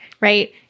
right